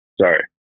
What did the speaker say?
Sorry